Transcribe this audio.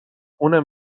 اونم